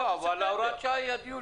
אבל הוראת השעה היא עד יולי.